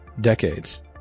decades